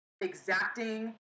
exacting